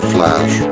Flash